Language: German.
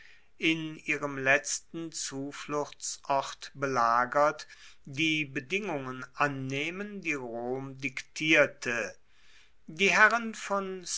in ihrem letzten zufluchtsort belagert die bedingungen annehmen die rom diktierte die herren von